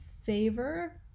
favor